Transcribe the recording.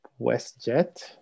WestJet